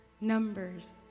Numbers